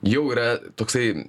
jau yra toksai